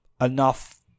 enough